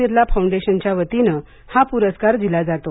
बिर्ला फाउंडेशनच्या वतीने हा पुरस्कार दिला जातो